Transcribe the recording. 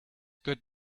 good